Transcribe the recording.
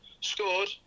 scored